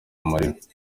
amarira